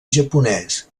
japonès